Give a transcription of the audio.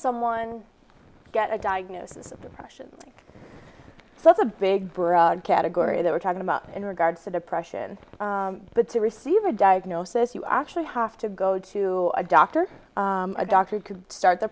someone get a diagnosis of depression so it's a big broad category that we're talking about in regards to depression but to receive a diagnosis you actually have to go to a doctor or a doctor you could start the